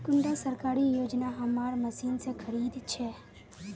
कुंडा सरकारी योजना हमार मशीन से खरीद छै?